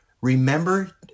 remember